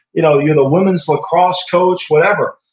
you know you're the women's lacrosse coach, whatever,